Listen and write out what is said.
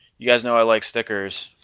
you guys know i like stickers